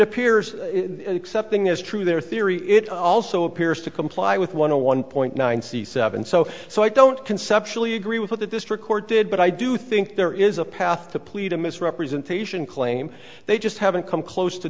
appears except thing is true their theory it also appears to comply with one a one point ninety seven so so i don't conceptually agree with what the district court did but i do think there is a path to plead a misrepresentation claim they just haven't come close to